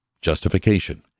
justification